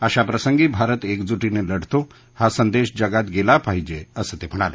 अशा प्रसंगी भारत एकजुटीनं लढतो हा संदेश जगात गेला पाहिजे असं ते म्हणाले